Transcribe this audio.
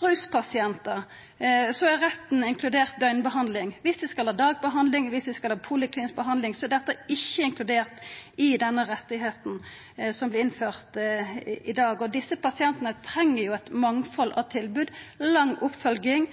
ruspasientar, er retten inkludert døgnbehandling. Om dei skal ha dagbehandling, og om dei skal ha poliklinisk behandling, er ikkje dette inkludert i den retten som vert innført i dag. Og desse pasientane treng jo eit mangfald av tilbod og lang oppfølging,